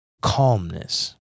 calmness